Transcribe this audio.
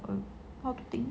marketing